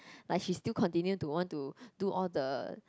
like she still continue to want to do all the